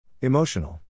Emotional